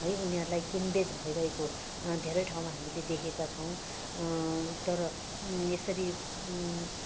है उनीहरूलाई किनबेच भइरहेको धेरै ठाउँमा हामीले देखेका छौँ तर यसरी